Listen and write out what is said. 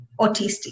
autistic